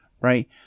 right